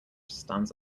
stands